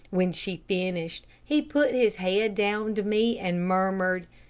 when she finished, he put his head down to me, and murmured,